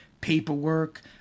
paperwork